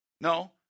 No